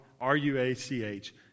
R-U-A-C-H